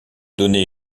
donné